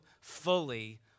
fully